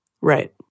Right